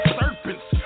serpents